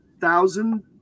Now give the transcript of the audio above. thousand